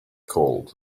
cold